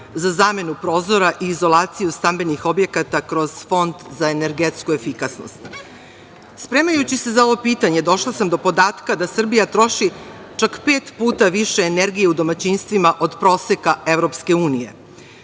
za zamenu prozora i izolaciju stambenih objekata kroz Fond za energetsku efikasnost. Spremajući se za ovo pitanje, došla sam do podatka da Srbija troši čak pet puta više energije u domaćinstvima od proseka EU,